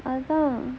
அதான்:athaan